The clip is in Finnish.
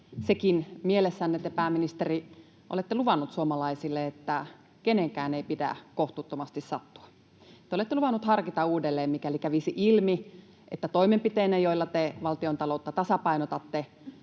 sekin mielessänne te, pääministeri, olette luvannut suomalaisille, että keneenkään ei pidä kohtuuttomasti sattua. Te olette luvannut harkita uudelleen, mikäli kävisi ilmi, että toimenpiteenne, joilla te valtiontaloutta tasapainotatte,